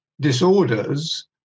disorders